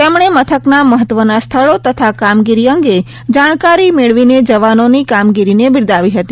તેમણે મથકના મહત્વના સ્થળો તથા કામગીરી અંગે જાણકારી મેળવીને જવાનોની કામગીરીને બિરદાવી હતી